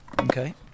Okay